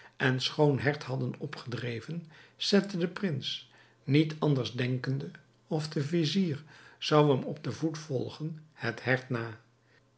en schoon hert hadden opgedreven zette de prins niet anders denkende of de vizier zou hem op den voet volgen het hert na